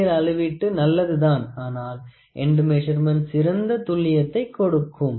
நேரியல் அளவீட்டு நல்லது தான் ஆனால் எண்டு மெசர்மென்ட் சிறந்த துல்லியத்தை கொடுக்கும்